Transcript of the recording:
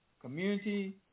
Community